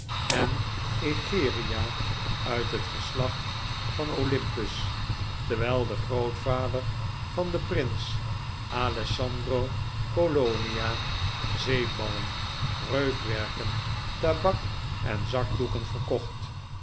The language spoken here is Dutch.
en egeria uit het geslacht van olympus terwijl de grootvader van den prins alessandro polonia zeepballen reukwerken tabak en zakdoeken verkocht